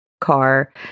car